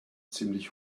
ziemlich